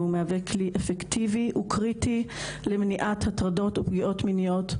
והוא מהווה כלי אפקטיבי וקריטי למניעת הטרדות ופגיעות מיניות,